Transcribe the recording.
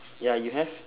ya you have